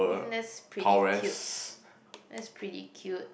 I mean that's pretty cute